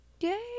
yay